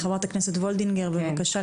חברת הכנסת וולדיגר בבקשה.